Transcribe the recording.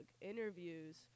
interviews